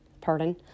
pardon